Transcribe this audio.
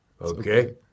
Okay